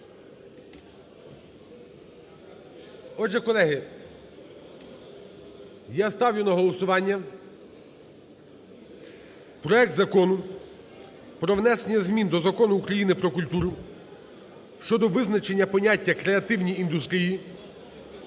Отже, колеги, я ставлю на голосування проект Закону про внесення змін до Закону України "Про культуру" (щодо визначення поняття креативні індустрії)